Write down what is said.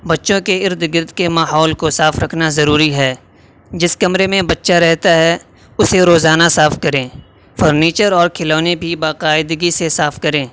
بچوں کے ارد گرد کے ماحول کو صاف رکھنا ضروری ہے جس کمرے میں بچہ رہتا ہے اسے روزانہ صاف کریں فرنیچر اور کھلونے بھی باقاعدگی سے صاف کریں